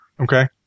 Okay